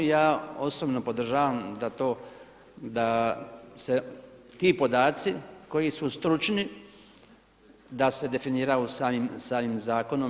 I ja osobno podržavam da to, da se ti podaci koji su stručni da se definiraju samim zakonom.